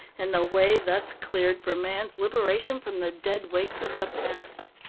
and the way thus cleared for man's liberation from the dead weights of the past.